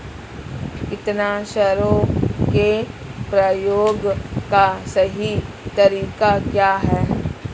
कीटनाशकों के प्रयोग का सही तरीका क्या है?